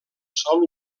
sol